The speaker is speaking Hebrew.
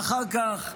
ואחר כך,